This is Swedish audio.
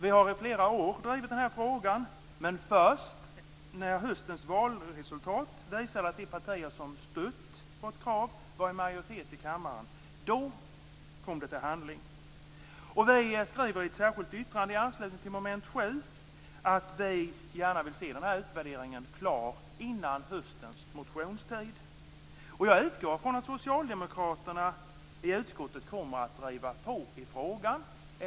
I flera år har vi drivit frågan men först när höstens valresultat visade att de partier som stött vårt krav var i majoritet i kammaren kom det till handling. Vi skriver i ett särskilt yttrande under mom. 7 att vi gärna vill se att utvärderingen är klar före höstens motionstid. Jag utgår från att socialdemokraterna i utskottet kommer att driva på i frågan.